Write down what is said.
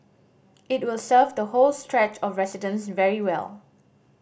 it will serve the whole stretch of residents very well